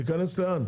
להיכנס לאן?